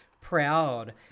proud